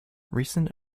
recent